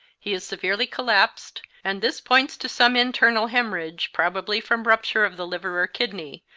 he is severely collapsed, and this points to some internal hemorrhage, probably from rupture of the liver or kidney,